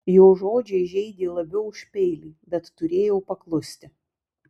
jo žodžiai žeidė labiau už peilį bet turėjau paklusti